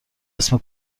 اسم